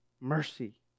mercy